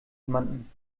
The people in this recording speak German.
jemanden